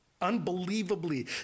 Unbelievably